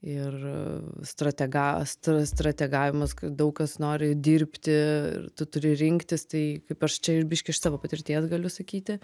ir stratega s strategavimas kad daug kas nori dirbti ir tu turi rinktis tai kaip aš čia ir biškį iš savo patirties galiu sakyti